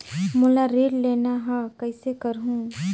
मोला ऋण लेना ह, कइसे करहुँ?